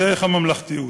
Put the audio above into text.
דרך הממלכתיות.